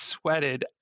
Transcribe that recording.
sweated